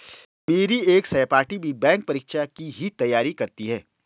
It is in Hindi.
मेरी एक सहपाठी भी बैंक परीक्षा की ही तैयारी करती है